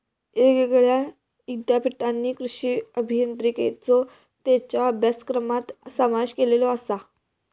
येगयेगळ्या ईद्यापीठांनी कृषी अभियांत्रिकेचो त्येंच्या अभ्यासक्रमात समावेश केलेलो आसा